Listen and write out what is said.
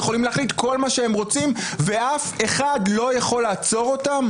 יכולה להחליט כל מה שהיא רוצה ואף אחד לא יכול לעצור אותם?